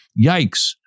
Yikes